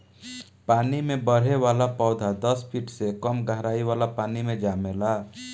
पानी में बढ़े वाला पौधा दस फिट से कम गहराई वाला पानी मे जामेला